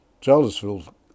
Charlottesville